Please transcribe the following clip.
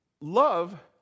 Love